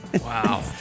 Wow